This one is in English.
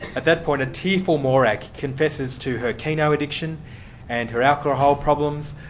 at that point a tearful morag confesses to her keno addiction and her alcohol problems,